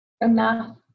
enough